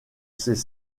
ses